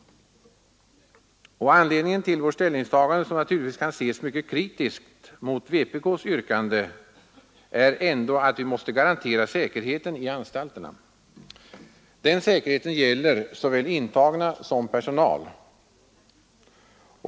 Anledningen till vårt ställningstagande, som naturligtvis kan ses mycket kritiskt mot vpk:s yrkande, är ändå att vi måste garantera säkerheten i anstalterna. Den säkerheten gäller såväl intagna som personal.